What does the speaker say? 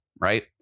right